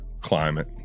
Climate